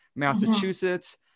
Massachusetts